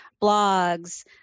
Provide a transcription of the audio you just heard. blogs